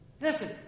Listen